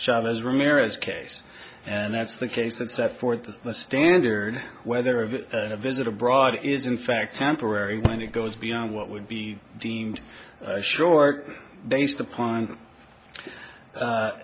shallows ramirez case and that's the case that set forth the standard whether of a visit abroad is in fact temporary when it goes beyond what would be deemed short based upon